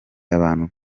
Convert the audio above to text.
abantu